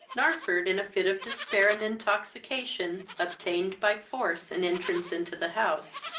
narford, in a fit of despair and intoxication, obtained by force an entrance into the house,